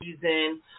reason